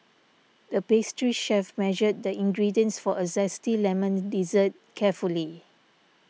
the pastry chef measured the ingredients for a Zesty Lemon Dessert carefully